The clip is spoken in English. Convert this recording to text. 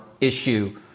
issue